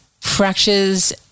fractures